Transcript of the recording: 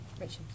Richard